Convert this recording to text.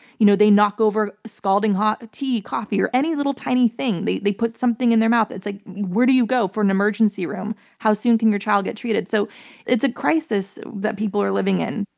you know they knock over scalding hot tea, coffee, or any little tiny thing, they they put something in their mouth. it's like, where do you go for an emergency room? how soon can your child get treated? so it's a crisis that people are living in,